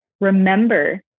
remember